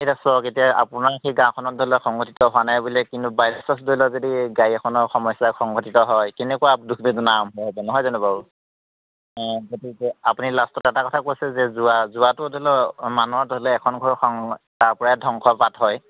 এতিয়া চওক এতিয়া আপোনাৰ সেই গাওঁখনত ধৰি লওক সংঘটিত হোৱা নাই বুলিহে কিনো বাই চাঞ্চ ধৰি লওক যদি গাড়ী এখনৰ সমস্যা সংঘটিত হয় কেনেকুৱা দোষ বেদনা আৰম্ভ হ'ব নহয় জানো বাৰু অঁ গতিকে আপুনি লাষ্টত এটা কথা কৈছে যে যোৱা যোৱাটো ধৰি লওক মানুহৰ ধৰি লওক এখন ঘৰৰ সং মানুহৰ তাৰপৰাই ধ্বংসৰ বাট হয়